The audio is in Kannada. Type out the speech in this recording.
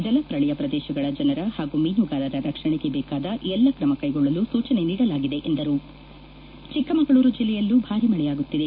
ಜಲಪ್ರಳಯ ಪ್ರದೇಶಗಳ ಜನರ ಹಾಗೂ ಮೀನುಗಾರರ ರಕ್ಷಣೆಗೆ ದೇಕಾದ ಎಲ್ಲ ಕ್ರಮ ಕೈಗೊಳ್ಳಲು ಸೂಚನೆ ನೀಡಲಾಗಿದೆ ಎಂದರು ಚಿಕ್ಕಮಗಳೂರು ಜಿಲ್ಲೆಯಲ್ಲೂ ಭಾರಿ ಮಳೆಯಾಗುತ್ತಿದೆ